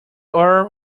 earl